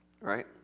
right